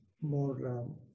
more